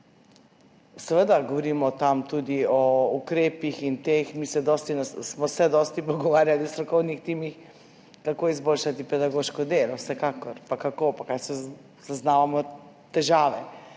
Seveda govorimo tam tudi o ukrepih in tem. Mi smo se dosti pogovarjali v strokovnih timih, kako izboljšati pedagoško delo, vsekakor, pa kje zaznavamo težave,